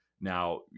Now